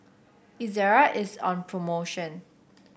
Ezerra is on promotion